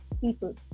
people